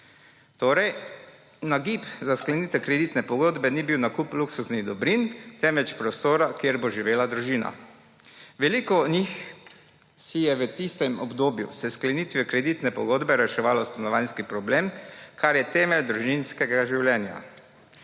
Torej, nagib za sklenitev kreditne pogodbe ni bil nakup luksuznih dobrin, temveč prostora, kjer bo živela družina. Veliko njih si je v tistem obdobju s sklenitvijo kreditne pogodbe reševalo stanovanjski problem, kar je temelj družinskega življenja.